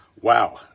Wow